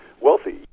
wealthy